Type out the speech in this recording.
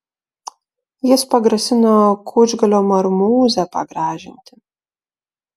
jis pagrasino kučgalio marmūzę pagražinti